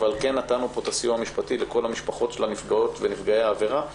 אבל כן נתנו פה את הסיוע המשפטי לכל המשפחות של נפגעות ונפגעי העבירה.